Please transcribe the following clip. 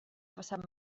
passat